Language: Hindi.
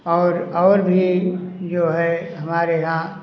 और और भी जो है हमारे यहाँ